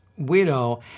Widow